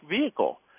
vehicle